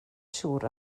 siŵr